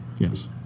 Yes